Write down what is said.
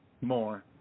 more